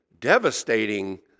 devastating